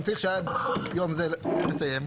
אני צריך שעד יום X תסיים,